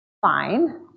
fine